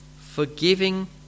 forgiving